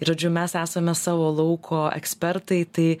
žodžiu mes esame savo lauko ekspertai tai